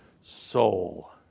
soul